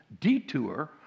detour